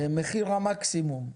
מחיר המקסימום,